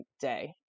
day